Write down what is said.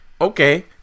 Okay